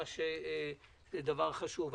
זה חשוב.